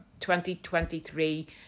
2023